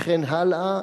וכן הלאה,